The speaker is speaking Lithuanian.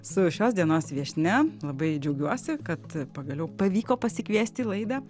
su šios dienos viešnia labai džiaugiuosi kad pagaliau pavyko pasikviesti į laidą